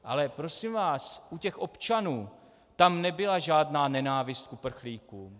Ale prosím vás, u těch občanů, tam nebyla žádná nenávist k uprchlíkům.